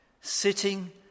sitting